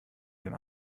den